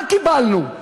מה קיבלנו?